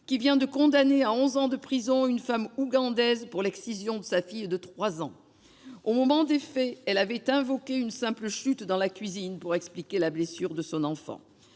qui vient de condamner à onze ans de prison une femme ougandaise pour l'excision de sa fille de 3 ans. Au moment des faits, elle avait invoqué une simple chute dans la cuisine pour expliquer la blessure de son enfant.